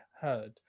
heard